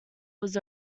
was